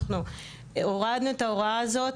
אנחנו הורדנו את ההוראה הזאת,